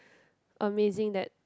amazing that